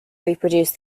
reproduce